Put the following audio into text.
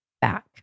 back